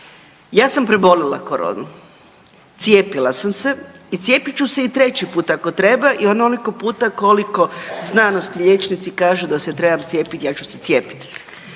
Ja sam prebolila koronu, cijepila sam se i cijepit ću se i treći put ako treba i onoliko puta koliko znanosti i liječnici kažu da se treba cijepiti, ja ću se cijepiti